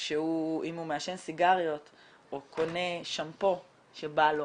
אם הוא מעשן סיגריות או קונה שמפו שבא לו